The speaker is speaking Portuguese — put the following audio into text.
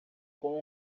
com